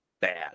Bad